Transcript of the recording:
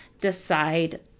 decide